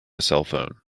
cellphone